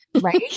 Right